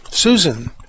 Susan